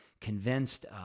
convinced